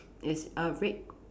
is a red